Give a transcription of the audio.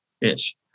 ish